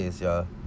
y'all